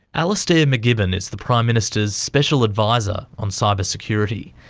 alastair macgibbon is the prime minister's special advisor on cyber security.